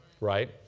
right